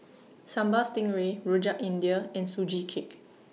Sambal Stingray Rojak India and Sugee Cake